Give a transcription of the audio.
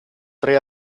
tre